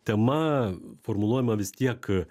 tema formuluojama vis tiek